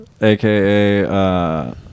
AKA